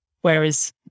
Whereas